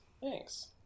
Thanks